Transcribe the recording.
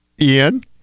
Ian